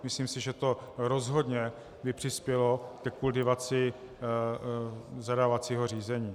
Myslím si, že by to rozhodně přispělo ke kultivaci zadávacího řízení.